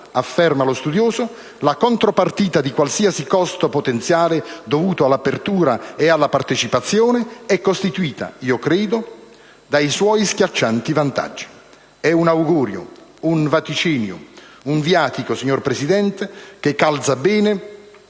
causare ritardi, ma la contropartita di qualsiasi costo potenziale dovuto all'apertura e alla partecipazione è costituita dai suoi schiaccianti vantaggi». È un augurio, un vaticinio, un viatico, signor Presidente, che calza bene